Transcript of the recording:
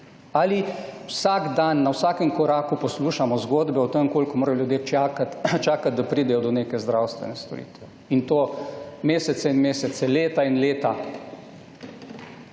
ali vsak dan na vsakem koraku poslušamo zgodbe o tem, koliko morajo ljudje čakati, da pridejo do neke zdravstvene storitve, in to mesece in mesece, leta in leta.